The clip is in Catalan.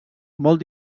molt